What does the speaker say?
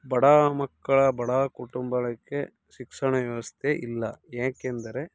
ಬಡ ಮಕ್ಕಳ ಬಡ ಕುಟುಂಬಕ್ಕೆ ಶಿಕ್ಷಣ ವ್ಯವಸ್ಥೆ ಇಲ್ಲ ಏಕೆಂದರೆ